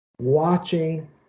watching